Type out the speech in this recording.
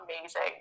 amazing